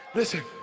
listen